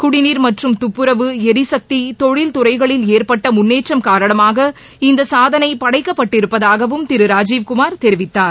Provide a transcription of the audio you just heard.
குடிநீர் மற்றும் துப்புரவு ளரிசக்தி தொழில்துறைகளில் ஏற்பட்ட முன்னேற்றம் காரணமாக இந்த சாதனை படைக்கப்பட்டிருப்பதாகவும் திரு ராஜீவ்குமார் தெரிவித்தார்